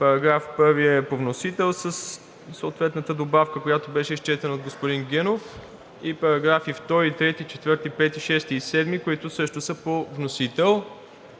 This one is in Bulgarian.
§ 1 е по вносител със съответната добавка, която беше изчетена от господин Генов, и параграфи 2, 3, 4, 5, 6 и 7, които също са по вносител.